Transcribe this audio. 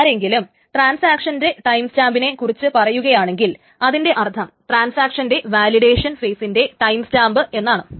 ആരെങ്കിലും ട്രാൻസാക്ഷന്റെ ടൈംസ്റ്റാമ്പിനെ കുറിച്ചു പറയുകയാണെങ്കിൽ അതിന്റെ അർത്ഥം ട്രാൻസാക്ഷന്റെ വാലിഡേഷൻ ഫെയിസിന്റെ ടൈംസ്റ്റാമ്പ് എന്നാണ്